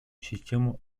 систему